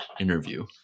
interview